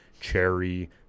cherry